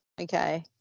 okay